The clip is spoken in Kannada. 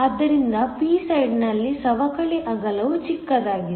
ಆದ್ದರಿಂದ p ಸೈಡ್ನಲ್ಲಿ ಸವಕಳಿ ಅಗಲವು ಚಿಕ್ಕದಾಗಿದೆ